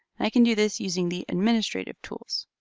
i can do this using the administrative tools.